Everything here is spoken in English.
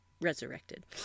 resurrected